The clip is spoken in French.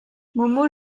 momo